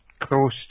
close